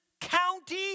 County